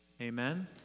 Amen